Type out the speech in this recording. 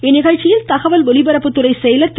இந்நிகழ்ச்சியில் தகவல் ஒலிபரப்புத்துறை செயலர் திரு